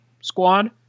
squad